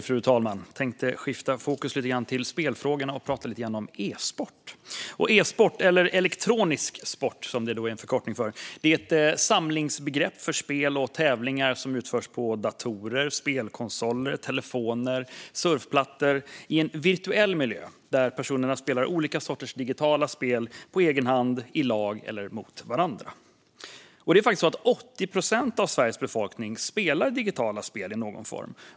Fru talman! Jag tänkte skifta fokus till spelfrågor och prata lite om e-sport. E-sport - eller elektronisk sport, som det är en förkortning för - är ett samlingsbegrepp för spel och tävlingar som utförs på datorer, spelkonsoler, telefoner och surfplattor i en virtuell miljö där personerna spelar olika sorters digitala spel på egen hand, i lag eller mot varandra. Det är faktiskt så att 80 procent av Sveriges befolkning spelar digitala spel i någon form.